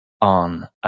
on